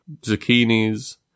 zucchinis